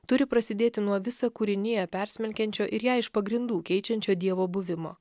turi prasidėti nuo visą kūriniją persmelkiančio ir ją iš pagrindų keičiančio dievo buvimo